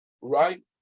right